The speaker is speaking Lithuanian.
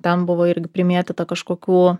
ten buvo irgi primėtyta kažkokių